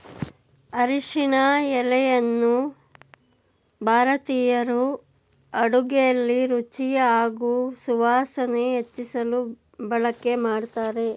ಅರಿಶಿನ ಎಲೆಯನ್ನು ಭಾರತೀಯರು ಅಡುಗೆಲಿ ರುಚಿ ಹಾಗೂ ಸುವಾಸನೆ ಹೆಚ್ಚಿಸಲು ಬಳಕೆ ಮಾಡ್ತಾರೆ